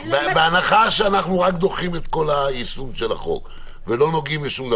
בהנחה שאנחנו רק דוחים את כל היישום של החוק ולא נוגעים בשום דבר.